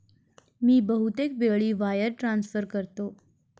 मी बहुतेक वेळा wire transfer करतो